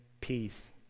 peace